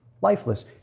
Lifeless